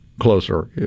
closer